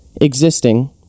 Existing